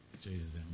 Jesus